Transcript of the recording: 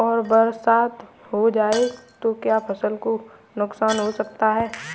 और बरसात हो जाए तो क्या फसल को नुकसान हो सकता है?